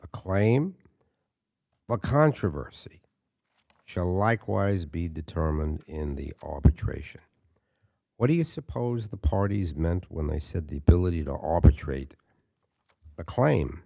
a claim but controversy shall likewise be determined in the arbitration what do you suppose the parties meant when they said the ability to operate a claim